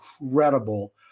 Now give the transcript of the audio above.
incredible